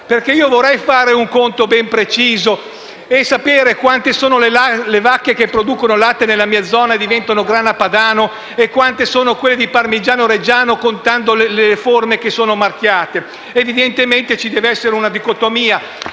Vorrei infatti fare un conto ben preciso e sapere quante sono le vacche che producono latte nella mia zona che diventa grana padano e quante quelle che producono latte che diventa parmigiano reggiano, contando le forme che sono marchiate: evidentemente ci deve essere una dicotomia.